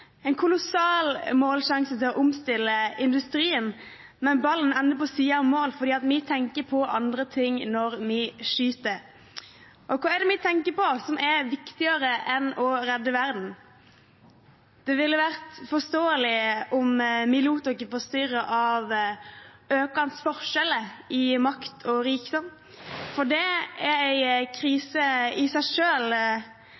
en kolossal målsjanse til å omstille industrien, men ballen ender på siden av mål fordi vi tenker på andre ting når vi skyter. Hva er det vi tenker på som er viktigere enn å redde verden? Det ville vært forståelig om vi lot oss forstyrre av økende forskjeller i makt og rikdom, for det er